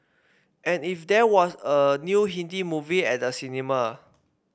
and if there was a new Hindi movie at the cinema